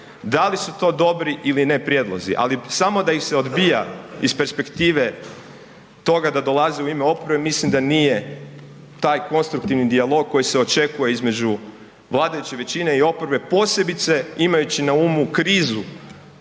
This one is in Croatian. da li su to dobri ili ne prijedlozi, ali samo da ih se odbija iz perspektive toga da dolazi u ime oporbe mislim da nije taj konstruktivni dijalog koji se očekuje između vladajuće većine i oporbe, posebice imajući na umu krizu